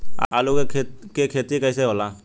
आलू के खेती कैसे होला?